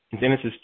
Genesis